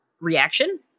reaction